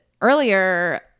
earlier